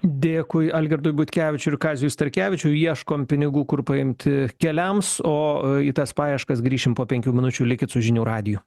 dėkui algirdui butkevičiui ir kaziui starkevičiui ieškom pinigų kur paimti keliams o į tas paieškas grįšim po penkių minučių likit su žinių radiju